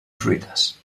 fruites